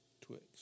Twix